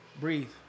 breathe